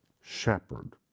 shepherd